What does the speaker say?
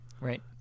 Right